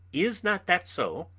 is not that so?